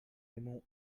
remove